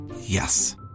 Yes